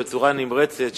בצורה נמרצת,